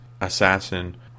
assassin